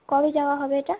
কবে যাওয়া হবে এটা